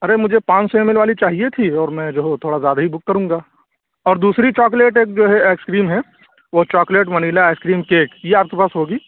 ارے مجھے پانچ سو ایم ایل والی چاہیے تھی اور میں جو ہوں تھوڑا زیادہ ہی بک کروں گا اور دوسری چاکلیٹ ایک جو ہے آئس کریم ہے وہ chocolate vanilla ice cream cake یہ آپ کے پاس ہوگی